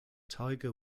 tiger